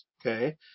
Okay